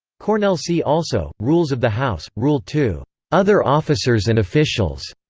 cornellsee also rules of the house, rule two other officers and officials